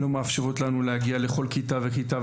לא מאפשרות לנו להגיע לכל כיתה וכיתה,